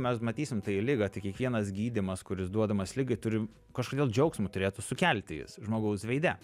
mes matysim tai ligą tai kiekvienas gydymas kuris duodamas ligai turi kažkodėl džiaugsmo turėtų sukelti jis žmogaus veide